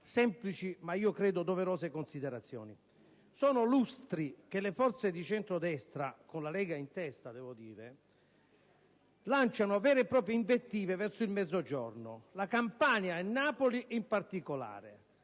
semplici ma - credo - doverose considerazioni. Sono lustri che le forze di centrodestra, con la Lega in testa - devo dirlo - lanciano vere e proprie invettive verso il Mezzogiorno, in particolare